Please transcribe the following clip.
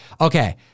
Okay